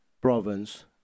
province